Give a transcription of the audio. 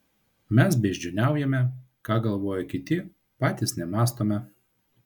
mes beždžioniaujame ką galvoja kiti patys nemąstome